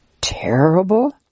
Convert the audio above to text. terrible